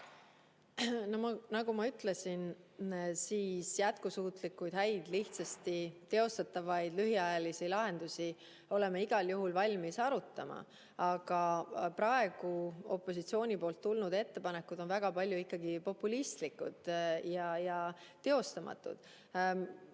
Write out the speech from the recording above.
Nagu ma ütlesin, jätkusuutlikke, häid ja lihtsasti teostatavaid lühiajalisi lahendusi oleme igal juhul valmis arutama. Aga opositsiooni praegused ettepanekud on väga paljuski populistlikud ja teostamatud.